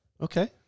Okay